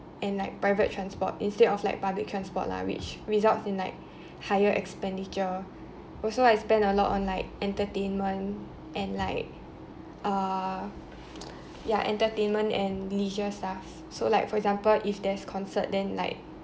and like private transport instead of like public transport lah which results in like higher expenditure also I spend a lot on like entertainment and like uh ya entertainment and leisures stuff so like for example if there's concert than like